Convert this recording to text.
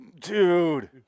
Dude